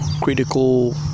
critical